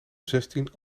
zestien